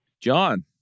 John